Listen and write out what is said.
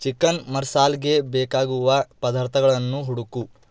chicken ಮಸಾಲ್ಗೆ ಬೇಕಾಗುವ ಪದಾರ್ಥಗಳನ್ನು ಹುಡುಕು